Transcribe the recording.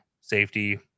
safety